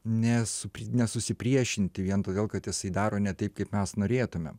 nes nesusipriešinti vien todėl kad jisai daro ne taip kaip mes norėtumėm